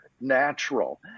natural